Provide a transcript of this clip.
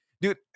Dude